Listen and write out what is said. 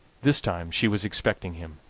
this time she was expecting him,